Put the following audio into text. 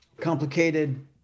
complicated